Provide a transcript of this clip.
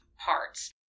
parts